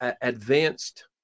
advanced